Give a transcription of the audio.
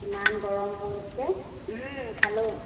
ইমান গৰম পৰিছে খালোঁ